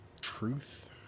truth